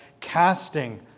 casting